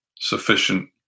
Sufficient